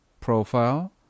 profile